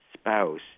spouse